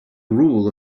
rule